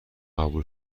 قبول